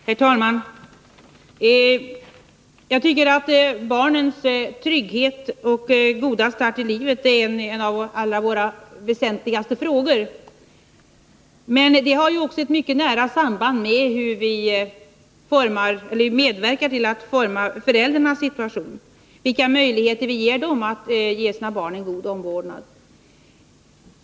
Herr talman! Jag tycker att barnens trygghet och goda start i livet är en av våra allra väsentligaste frågor. Men barnens möjligheter har nära samband med hur vi medverkar till att forma föräldrarnas situation, vilka möjligheter vi ger dem att ge sina barn en god omvårdnad.